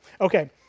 Okay